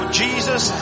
jesus